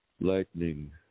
Lightning